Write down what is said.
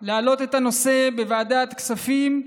יצליחו להעלות את הנושא בוועדת הכספים.